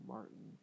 Martin